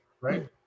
Right